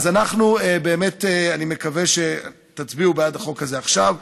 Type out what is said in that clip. אני מקווה שתצביעו בעד החוק הזה עכשיו.